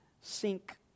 sink